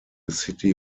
city